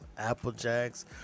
Applejacks